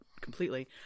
completely